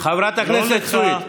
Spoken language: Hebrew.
חברת הכנסת סויד,